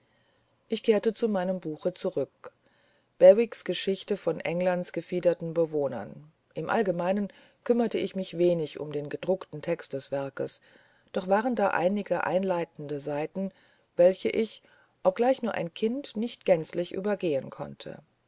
ich kehrte zu meinem buche zurück bewicks geschichte von englands gefiederten bewohnern im allgemeinen kümmerte ich mich wenig um den gedruckten text des werkes und doch waren da einige einleitende seiten welche ich obgleich nur ein kind nicht gänzlich übergehen konnte